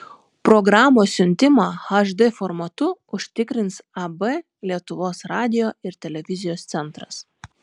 programos siuntimą hd formatu užtikrins ab lietuvos radijo ir televizijos centras